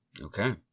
Okay